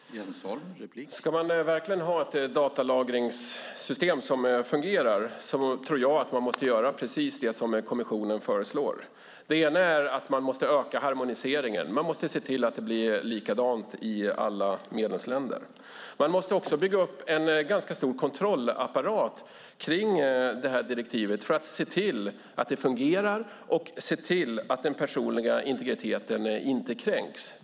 Herr talman! Ska man verkligen ha ett datalagringssystem som fungerar tror jag att man måste göra precis det som kommissionen föreslår. Det ena är att man måste öka harmoniseringen och se till att det blir likadant i alla medlemsländer. Man måste också bygga upp en ganska stor kontrollapparat kring det här direktivet för att se till att det fungerar och att den personliga integriteten inte kränks.